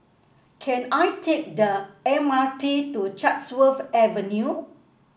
can I take the M R T to Chatsworth Avenue